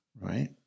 right